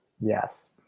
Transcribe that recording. Yes